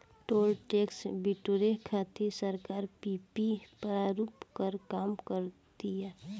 toll tax बिटोरे खातिर सरकार पीपीपी प्रारूप पर काम कर तीय